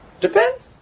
Depends